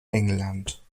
england